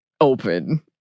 open